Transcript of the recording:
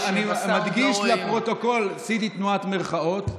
אני אדגיש לפרוטוקול: עשיתי תנועת מירכאות.